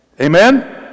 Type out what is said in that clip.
Amen